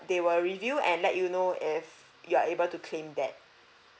they will review and let you know if you are able to claim that